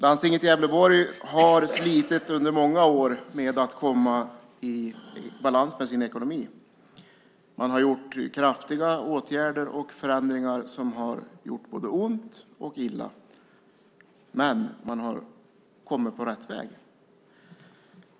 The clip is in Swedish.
Landstinget i Gävleborg har slitit under många år med att komma i balans med sin ekonomi. Man har gjort kraftiga åtgärder och förändringar som har gjort både ont och illa men man har kommit på rätt väg.